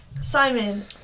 Simon